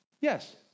Yes